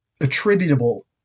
attributable